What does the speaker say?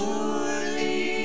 Surely